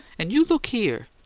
and you look here!